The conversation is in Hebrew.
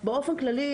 באופן כללי,